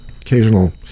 Occasional